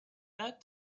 that